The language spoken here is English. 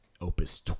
opus